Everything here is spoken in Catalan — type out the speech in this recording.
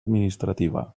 administrativa